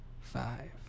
five